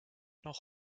noch